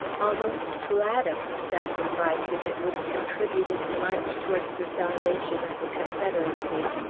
almost glad of the sacrifice if it would contribute its mite towards the salvation of the confederacy.